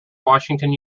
washington